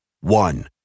One